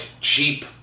cheap